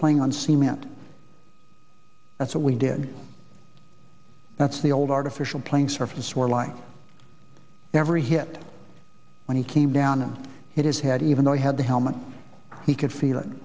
playing on seem it that's what we did that's the old artificial playing surface where like every hit when he came down and hit his head even though he had the helmet he could feel it